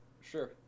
Sure